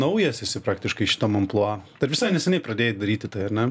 naujas esi praktiškai šitam amplua dar visai neseniai pradėjai daryti tai ar ne